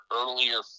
earlier